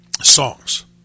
songs